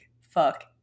fuck